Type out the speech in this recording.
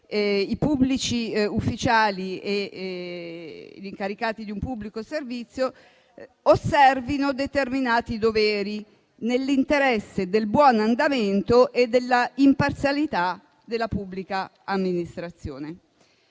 i pubblici ufficiali e gli incaricati di un pubblico servizio osservino determinati doveri, nell'interesse del buon andamento e dell'imparzialità della pubblica amministrazione.